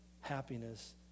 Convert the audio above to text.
happiness